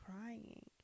crying